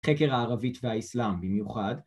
‫חקר הערבית והאיסלאם במיוחד.